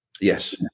Yes